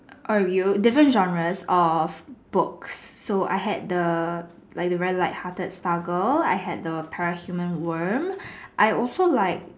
or review different genres of books so I had the like the very light hearted star girl I had the parahuman worm I also like